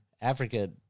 Africa